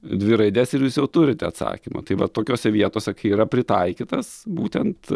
dvi raides ir jūs jau turite atsakymą tai va tokiose vietose yra pritaikytas būtent